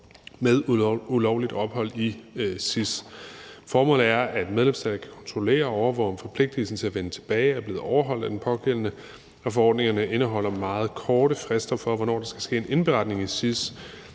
med ulovligt ophold til SIS. Formålet er, at en medlemsstat kan kontrollere og overvåge, om forpligtigelsen til at vende tilbage er blevet overholdt af den pågældende, og forordningerne indeholder meget korte frister for, hvornår der skal ske en indberetning til SIS.